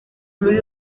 muri